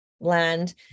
land